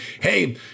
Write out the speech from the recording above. hey